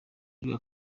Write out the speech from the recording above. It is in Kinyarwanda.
ariko